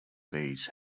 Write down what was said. these